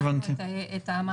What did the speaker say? בדקנו את המעצרים,